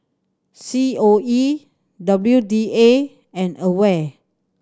C O E W D A and AWARE